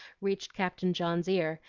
reached captain john's ear,